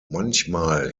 manchmal